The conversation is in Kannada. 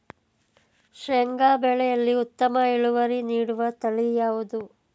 ಶೇಂಗಾ ಬೆಳೆಯಲ್ಲಿ ಉತ್ತಮ ಇಳುವರಿ ನೀಡುವ ತಳಿ ಯಾವುದು?